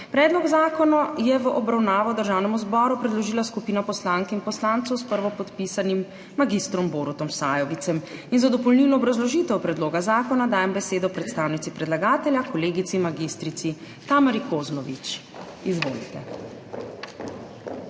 Predlog zakona je v obravnavo Državnemu zboru predložila skupina poslank in poslancev, s prvopodpisanim mag. Borutom Sajovicem in za dopolnilno obrazložitev predloga zakona dajem besedo predstavnici predlagatelja, kolegici mag. Tamari Kozlovič. Izvolite.